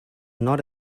not